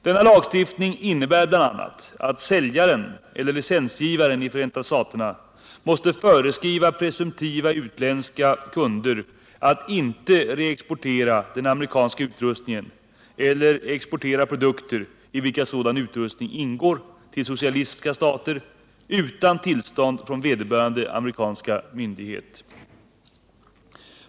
Denna lagstiftning innebär bl.a. att säljaren eller licensgivaren i Förenta staterna måste föreskriva presumtiva utländska kunder att inte reexportera den amerikanska utrustningen eller exportera produkter, i vilka sådan utrustning ingår, till socialistiska stater utan tillstånd från vederbörande amerikanska myndighet.